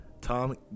Tom